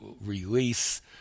release